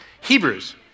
Hebrews